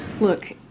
Look